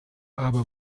aber